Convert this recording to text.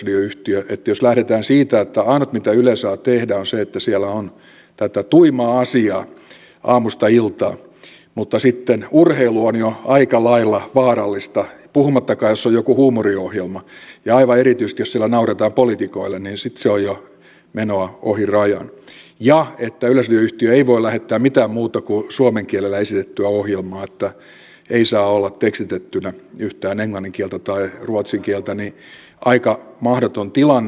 eli jos lähdetään siitä että ainut mitä yleisradio saa tehdä on se että siellä on tätä tuimaa asiaa aamusta iltaan mutta sitten urheilu on jo aika lailla vaarallista puhumattakaan jos on joku huumoriohjelma ja aivan erityisesti jos siellä nauretaan poliitikoille niin sitten se on jo menoa ohi rajan ja että yleisradioyhtiö ei voi lähettää mitään muuta kuin suomen kielellä esitettyä ohjelmaa että ei saa olla tekstitettynä yhtään englannin kieltä tai ruotsin kieltä niin aika mahdoton tilanne